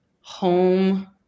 home